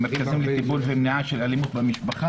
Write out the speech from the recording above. אלה מרכזים לטיפול ולמניעה של אלימות במשפחה.